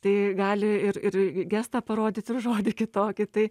tai gali ir ir gestą parodyti ir žodį kitokį tai